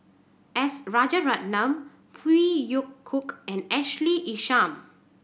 S Rajaratnam Phey Yew Kok and Ashley Isham